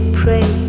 pray